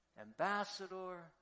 ambassador